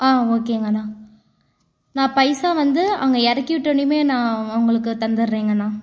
ஆ ஓகேங்கண்ணா நான் பைசா வந்து அங்கே இறக்கி விட்ட உடனுயே நான் உங்களுக்கு தந்தறேங்கண்ணா